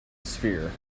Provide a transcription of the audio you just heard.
sphere